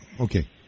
Okay